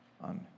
on